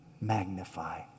magnify